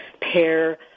pair